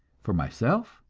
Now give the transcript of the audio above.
for myself,